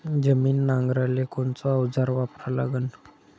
जमीन नांगराले कोनचं अवजार वापरा लागन?